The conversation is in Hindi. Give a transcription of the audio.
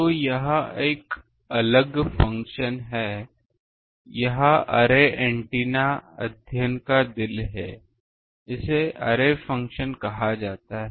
तो यह एक अलग फ़ंक्शन है यह अरे एंटीना अध्ययन का दिल है इसे अरे फ़ंक्शन कहा जाता है